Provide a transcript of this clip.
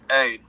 Hey